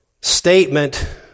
statement